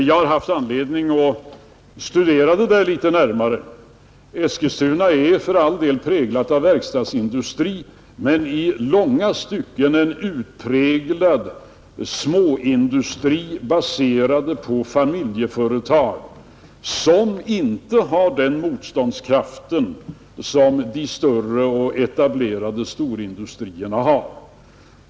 Jag har haft anledning att studera det där litet närmare, Eskilstuna präglas för all del av verkstadsindustri men är i långa stycken en utpräglad småindustristad med familjeföretag som inte har den motståndskraft som de större och etablerade industrierna har.